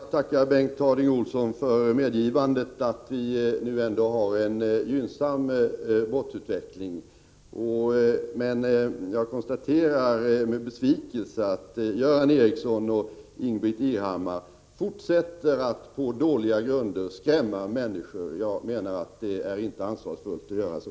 Herr talman! Jag tackar Bengt Harding Olson för medgivandet att vi nu ändå har en gynnsam brottsutveckling, men konstaterar med besvikelse att Göran Ericsson och Ingbritt Irhammar fortsätter att på dåliga grunder skrämma människor. Jag menar att det inte är ansvarsfullt att göra så.